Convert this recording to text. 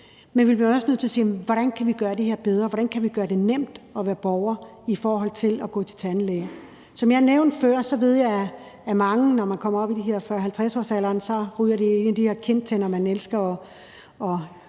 men vi bliver også nødt til at spørge, hvordan vi kan gøre det her bedre, hvordan vi kan gøre det nemt at være borger i forhold til at gå til tandlæge. Som jeg nævnte før, ved jeg, at mange i 40-50-årsalderen ryger ind i problemer med kindtænderne, som man elsker at